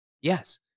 Yes